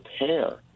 repair